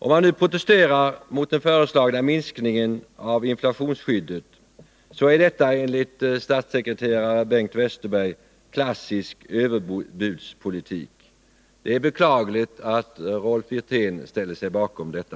Om man nu protesterar mot den föreslagna minskningen av inflationsskyddet, är detta enligt statssekreterare Bengt Westerberg ”klassisk överbudspolitik”. Det är beklagligt att Rolf Wirtén ställer sig bakom detta.